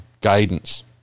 guidance